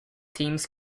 teams